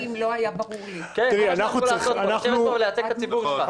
מה שאתה צריך לעשות פה הוא לשבת ולייצג את הציבור שלך.